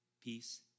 peace